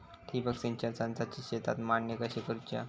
ठिबक सिंचन संचाची शेतात मांडणी कशी करुची हा?